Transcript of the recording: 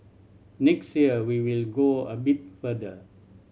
next year we will go a bit further